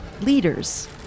leaders